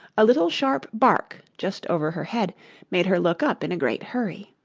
a little sharp bark just over her head made her look up in a great hurry.